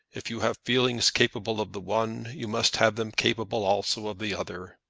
if you have feelings capable of the one, you must have them capable also of the other!